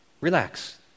relax